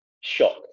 shocked